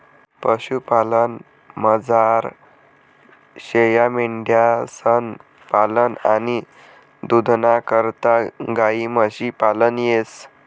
पशुपालनमझार शेयामेंढ्यांसनं पालन आणि दूधना करता गायी म्हशी पालन येस